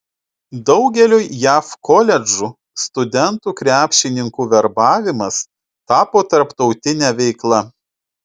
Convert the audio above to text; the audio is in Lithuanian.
daugeliui jav koledžų studentų krepšininkų verbavimas tapo tarptautine veikla